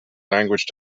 language